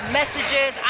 messages